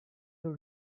your